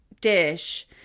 dish